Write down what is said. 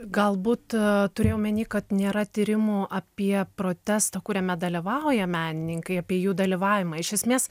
galbūt turėjau omeny kad nėra tyrimų apie protestą kuriame dalyvauja menininkai apie jų dalyvavimą iš esmės